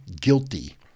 guilty